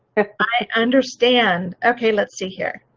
i understand. okay, let's see here.